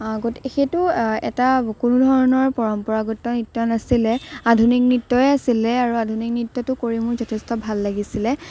গতিকে সেইটো এটা কোনো ধৰণৰ পৰম্পৰাগত নৃত্য নাছিলে আধুনিক নৃত্যই আছিলে আৰু আধুনিক নৃত্যটো কৰি মোৰ যথেষ্ট ভাল লাগিছিলে